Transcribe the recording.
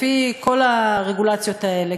לפי כל הרגולציות האלה,